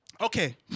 Okay